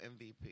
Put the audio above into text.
MVP